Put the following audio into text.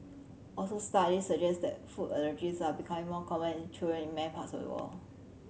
also studies suggest that food allergies are becoming more common in in many parts of the world